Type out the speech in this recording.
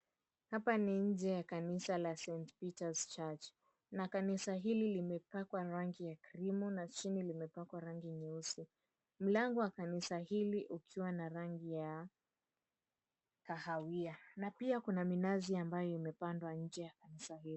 Hapa ni nje ya kanisa la St Peters Church na kanisa hili limepakwa rangi ya krimu na chini limepakwa rangi nyeusi. Mlango wa kanisa hili ukiwa na rangi ya kahawia na pia kuna minazi ambayo imepandwa nje ya kanisa hii.